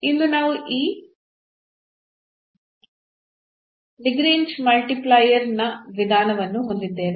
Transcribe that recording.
ಇಂದು ನಾವು ಈ ಲ್ಯಾಗ್ರೇಂಜ್ನ ಮಲ್ಟಿಪ್ಲೈಯರ್ Lagrange's multiplier ವಿಧಾನವನ್ನು ಹೊಂದಿದ್ದೇವೆ